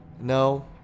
No